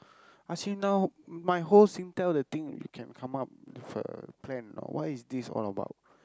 ask him now my whole Singtel the thing can come up with a plan or not what is this all about